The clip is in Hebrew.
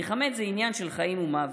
כי חמץ זה עניין של חיים ומוות,